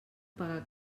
pagar